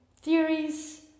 theories